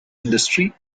industry